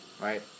right